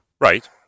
Right